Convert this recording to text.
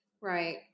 Right